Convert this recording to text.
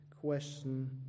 question